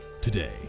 today